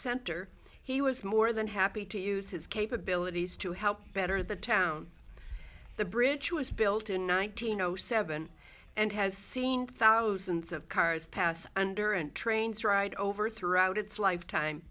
center he was more than happy to use his capabilities to help better the town the bridge was built in nineteen zero seven and has seen thousands of cars pass under and trains right over throughout its lifetime